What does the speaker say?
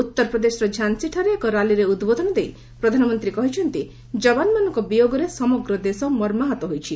ଉତ୍ତରପ୍ରଦେଶର ଝାନ୍ସୀଠାରେ ଏକ ରାଲିରେ ଉଦ୍ବୋଧନ ଦେଇ ପ୍ରଧାନମନ୍ତ୍ରୀ କହିଚ୍ଚନ୍ତି ଯବାନମାନଙ୍କ ବିୟୋଗରେ ସମଗ୍ ଦେଶ ମର୍ମାହତ ହୋଇଛି